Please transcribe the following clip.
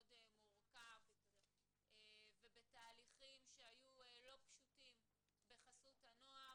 מורכב ובתהליכים שהיו לא פשוטים בחסות הנוער,